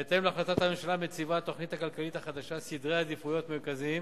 בהתאם להכרזת הממשלה התוכנית הכלכלית החדשה מציבה סדרי עדיפויות מרכזיים